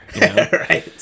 right